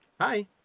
Hi